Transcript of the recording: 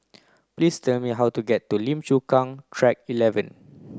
please tell me how to get to Lim Chu Kang Track eleven